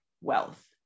wealth